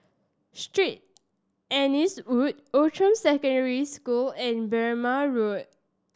Street Anne's Wood Outram Secondary School and Berrima Road